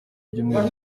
ibyumweru